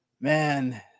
man